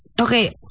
Okay